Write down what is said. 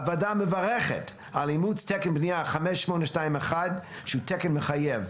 הוועדה מברכת על אימוץ תקן בנייה 5821 שהוא תקן מחייב.